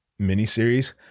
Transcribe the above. miniseries